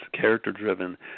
character-driven